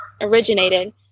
originated